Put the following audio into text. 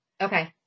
Okay